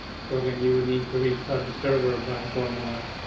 so again, you would need to restart the server by going life.